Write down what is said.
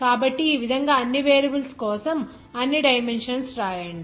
కాబట్టి ఈ విధంగా అన్ని వేరియబుల్స్ కోసం అన్ని డైమెన్షన్స్ రాయండి